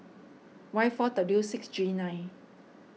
Y four W six G nine